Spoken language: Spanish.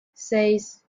seis